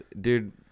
dude